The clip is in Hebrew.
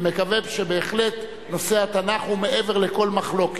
ומקווה שבהחלט נושא התנ"ך הוא מעבר לכל מחלוקת.